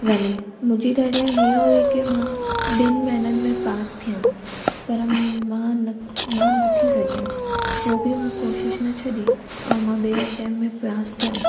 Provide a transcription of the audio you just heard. वञे मुंहिंजी डेडलाइन हीअ हुई के मां ॿिनि महीननि में पास थियां पर मां न मां न थी सघियमि पोइ बि मां कोशिशि न छॾी ऐं मां ॿिए अटैम्प में पास थियमि